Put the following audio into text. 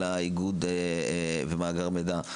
של איגוד ומאגר מידע.